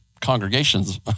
congregations